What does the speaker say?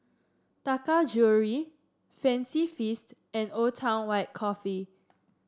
Taka Jewelry Fancy Feast and Old Town White Coffee